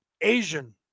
Asian